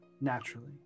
naturally